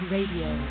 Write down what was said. Radio